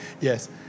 Yes